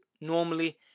normally